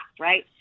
right